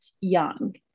young